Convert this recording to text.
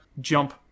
jump